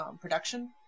production